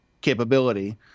capability